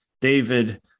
David